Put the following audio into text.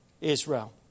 Israel